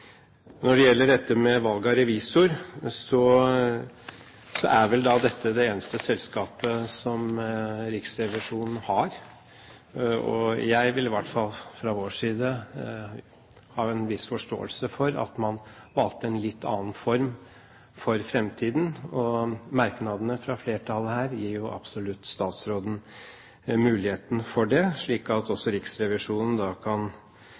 Når det gjelder dette med valg av revisorer, så er vel dette da det eneste selskapet som Riksrevisjonen har. Vi vil fra vår side i hvert fall ha en viss forståelse for at man valgte en litt annen form for fremtiden, og merknadene fra flertallet her gir jo absolutt statsråden muligheten for det, slik at også Riksrevisjonen kan